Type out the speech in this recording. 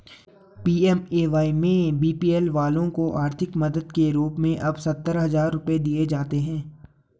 PMAY में BPL वालों को आर्थिक मदद के रूप में अब सत्तर हजार रुपये दिए जाते हैं